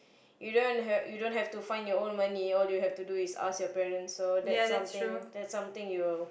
you don't heard you don't have to find your own money all you have to do is ask your parents so that's something that's something you'll